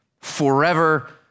forever